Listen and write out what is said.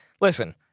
listen